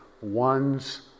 one's